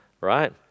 right